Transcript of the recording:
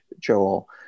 Joel